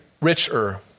richer